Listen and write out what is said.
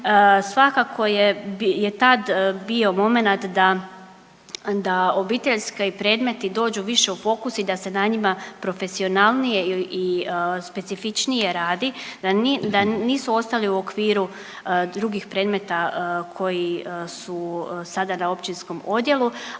svakako je tad bio momenat da obiteljski predmeti dođu više u fokus i da se na njima profesionalnije i specifičnije radi, da nisu ostali u okviru drugih predmeta koji su sada na općinskom odjelu.